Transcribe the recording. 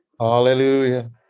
Hallelujah